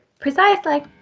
Precisely